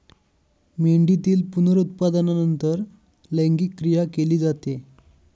मेंढीतील पुनरुत्पादनानंतर लैंगिक क्रिया केली जाते